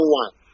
one